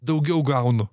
daugiau gaunu